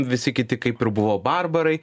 visi kiti kaip ir buvo barbarai